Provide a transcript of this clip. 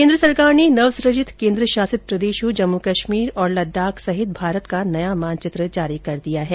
केन्द्र सरकार ने नवसूजित केंद्रशासित प्रदेशों जम्मू कश्मीर और लद्दाख सहित भारत का नया मानचित्र जारी कर दिया है